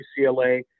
UCLA